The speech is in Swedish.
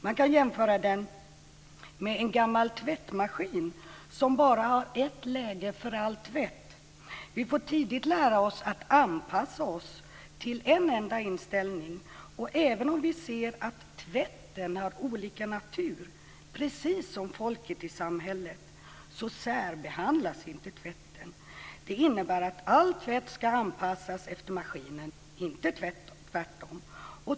Man kan jämföra den med en gammal tvättmaskin som bara har ett läge för all tvätt. Vi får tidigt lära oss att anpassa oss till en enda inställning. Även om vi ser att tvätten har olika natur, precis som folket i samhället, särbehandlas inte tvätten. Det innebär att all tvätt ska anpassas efter maskinen, inte tvärtom.